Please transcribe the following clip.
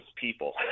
people